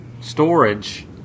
storage